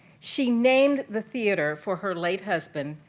she named the theatre for her late husband,